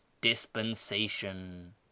dispensation